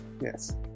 Yes